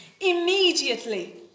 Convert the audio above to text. immediately